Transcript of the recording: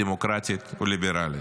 דמוקרטית וליברלית.